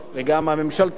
וגם הממשלתי,